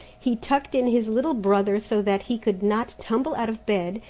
he tucked in his little brother so that he could not tumble out of bed,